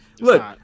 Look